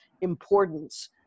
importance